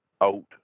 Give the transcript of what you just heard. out